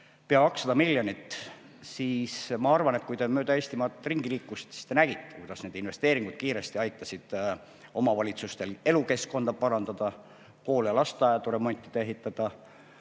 pea 200 miljoniga, siis ma arvan, et kui te mööda Eestimaad ringi liikusite, siis te nägite, kuidas need investeeringud kiiresti aitasid omavalitsustel elukeskkonda parandada, koole ja lasteaedu remontida ja ehitada,